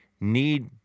need